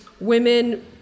women